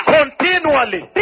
continually